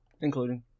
Including